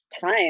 time